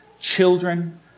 children